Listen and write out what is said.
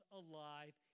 alive